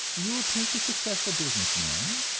you will take a successful business man,